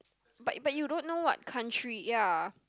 but but you don't know what country ya